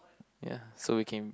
ya so we can